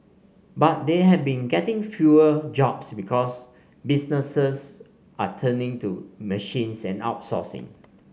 but they have been getting fewer jobs because businesses are turning to machines and outsourcing